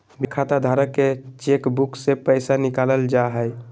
बिना खाताधारक के चेकबुक से पैसा निकालल जा हइ